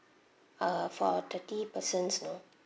uh for thirty persons no